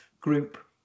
group